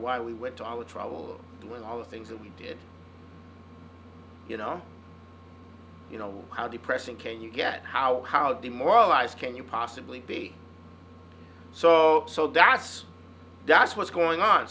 why we went to all the trouble of doing all the things that we did you know you know how depressing can you get how how demoralized can you possibly be so so that's that's what's going on